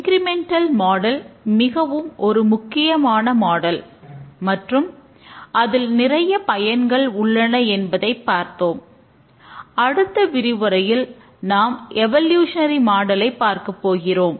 incremental model பார்க்கப்போகிறோம்